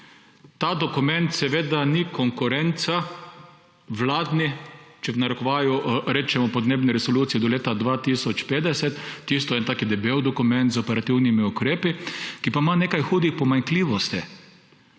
ta dokument seveda ni konkurenca vladni, če v narekovaju rečemo, podnebni resoluciji do leta 2050. Tisto je tak debel dokument z operativnimi ukrepi, ki pa ima nekaj hudih pomanjkljivosti.